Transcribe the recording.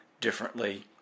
differently